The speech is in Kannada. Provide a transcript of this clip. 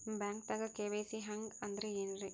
ಬ್ಯಾಂಕ್ದಾಗ ಕೆ.ವೈ.ಸಿ ಹಂಗ್ ಅಂದ್ರೆ ಏನ್ರೀ?